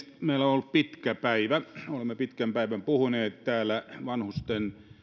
meillä on ollut pitkä päivä olemme pitkän päivän puhuneet täällä vanhusten